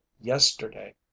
yesterday